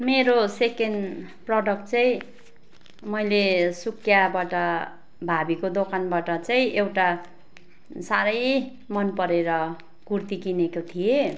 मेरो second product चाहिँ मैले सुकियाबाट भाबीको दोकानबाट चाहिँ एउटा साह्रै मन परेर कुर्ती किनेको थिएँ